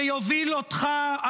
שיוביל אותך,